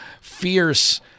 fierce